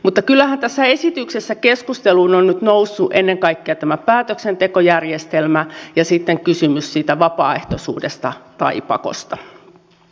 mutta kyllähän tässä esityksessä keskusteluun on nyt noussut ennen kaikkea tämä päätöksentekojärjestelmä ja sitten kysymys siitä vapaaehtoisuudesta tai pakosta